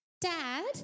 dad